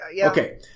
Okay